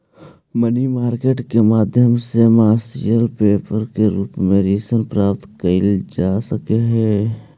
money market के माध्यम से कमर्शियल पेपर के रूप में ऋण प्राप्त कईल जा सकऽ हई